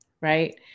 right